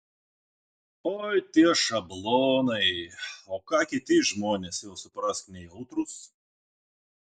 oi tie šablonai o ką kiti žmonės jau suprask nejautrūs